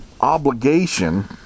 obligation